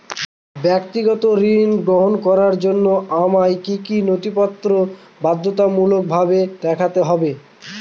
ব্যক্তিগত ঋণ গ্রহণ করার জন্য আমায় কি কী নথিপত্র বাধ্যতামূলকভাবে দেখাতে হবে?